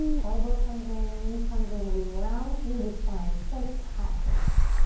elbow comes in, knee comes in, and we round through the spine just like cat pose.